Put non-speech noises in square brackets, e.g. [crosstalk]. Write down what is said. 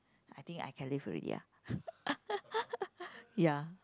I think I can leave already ya [laughs] ya